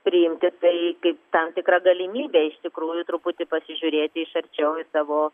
priimti tai kaip tam tikrą galimybę iš tikrųjų truputį pasižiūrėti iš arčiau į savo